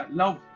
love